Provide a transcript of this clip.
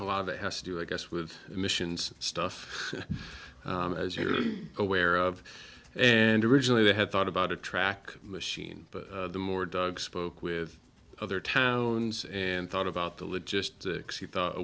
a lot of it has to do i guess with emissions stuff as you know aware of and originally they had thought about a track machine but the more dug spoke with other towns and thought about the logistics he